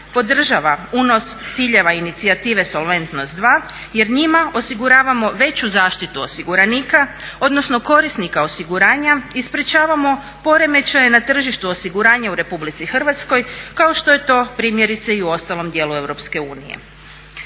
podržava unos ciljeva inicijative solventnost 2 jer njima osiguravamo veću zaštitu osiguranika odnosno korisnika osiguranja i sprječavamo poremećaje na tržištu osiguranja u RH kao što je to primjerice i u ostalom djelu EU.